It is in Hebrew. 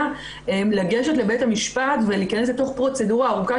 לגשת לבית המשפט ולהיכנס לתוך פרוצדורה ארוכה,